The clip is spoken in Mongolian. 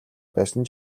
байсан